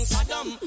Saddam